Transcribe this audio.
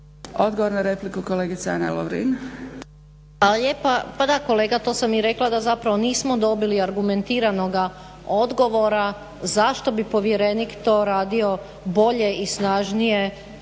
**Lovrin, Ana (HDZ)** Hvala lijepa. Pa da kolega, to sam i rekla da zapravo nismo dobili argumentiranoga odgovora zašto bi povjerenik to radio bolje i snažnije